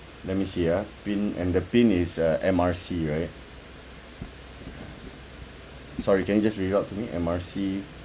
let me see ah pin and the pin is uh M R C right sorry can you just read out to me M R C